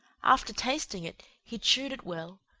after tasting it, he chewed it well,